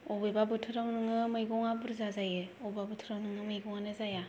अबेबा बोथोराव नोङो मैगङा बुरजा जायो अबेबा बोथोराव मैगङानो जाया